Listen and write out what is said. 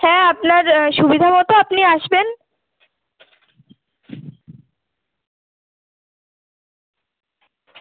হ্যাঁ আপনার সুবিধা মতো আপনি আসবেন